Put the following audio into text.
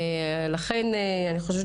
ולכן, הדברים שלך,